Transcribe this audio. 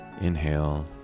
inhale